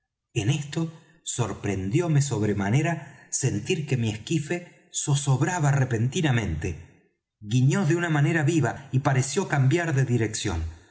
en esto sorprendióme sobremanera sentir que mi esquife zozobraba repentinamente guiño de una manera viva y pareció cambiar de dirección